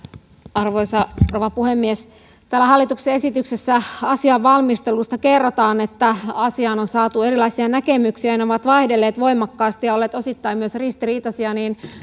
arvoisa rouva puhemies täällä hallituksen esityksessä asian valmistelusta kerrotaan että asiaan on saatu erilaisia näkemyksiä ja ne ovat vaihdelleet voimakkaasti ja olleet osittain myös ristiriitaisia